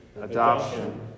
adoption